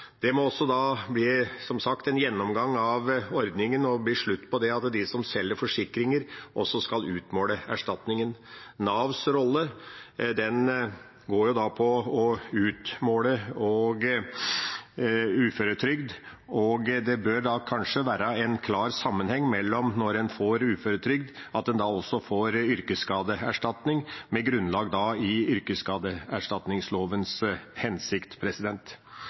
at de som selger forsikringer, også skal utmåle erstatningen. Navs rolle går ut på å utmåle uføretrygd. Det bør kanskje være en klar sammenheng her, at når en får uføretrygd, får en også yrkesskadeerstatning med grunnlag i yrkesskadeerstatningslovens hensikt.